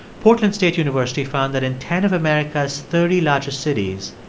portland state university found that in ten of america's thirty largest cities,